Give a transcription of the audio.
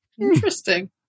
Interesting